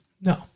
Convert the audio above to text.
No